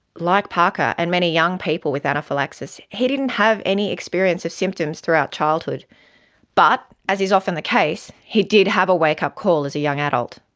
like parker and many young people with anaphylaxis, he didn't have any experience of symptoms throughout childhood but, as is often the case, he did have a wakeup call as a young adult.